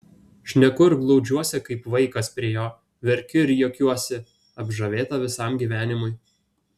šneku ir glaudžiuosi kaip vaikas prie jo verkiu ir juokiuosi apžavėta visam gyvenimui